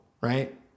right